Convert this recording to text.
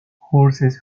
horses